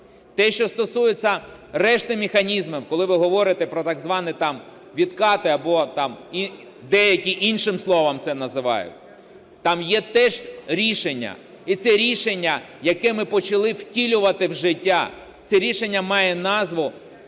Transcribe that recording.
Те, що стосується решти механізмів, коли ви говорите про так звані там "відкати", або деякі іншим словом це називають, там є теж рішення. І це рішення, яке ми почали втілювати життя, це рішення має назву